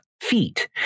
feet